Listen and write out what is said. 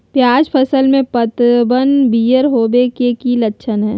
प्याज फसल में पतबन पियर होवे के की लक्षण हय?